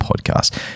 Podcast